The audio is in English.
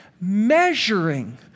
measuring